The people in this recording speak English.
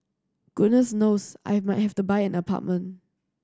goodness knows I might have to buy an apartment